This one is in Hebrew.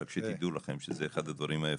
רק שתדעו שזה אחד הדברים היפים.